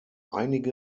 einige